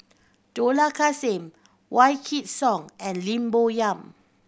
Dollah Kassim Wykidd Song and Lim Bo Yam